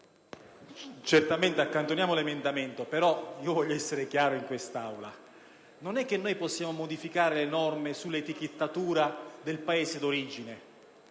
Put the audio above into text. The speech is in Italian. possiamo accantonare l'emendamento, però voglio essere chiaro in quest'Aula. Non possiamo modificare le norme sull'etichettatura del Paese di origine,